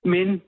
Men